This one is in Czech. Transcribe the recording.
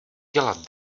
dělat